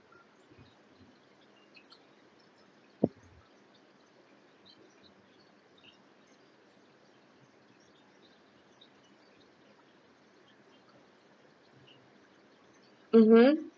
mmhmm